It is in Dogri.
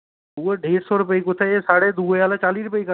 उ'ऐ डेढ़ सौ रपेऽ कुतै साढ़े दुए आह्ले चाली रपेऽ च कटदा ऐ